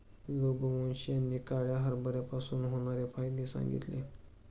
रघुवंश यांनी काळ्या हरभऱ्यापासून होणारे फायदे सांगितले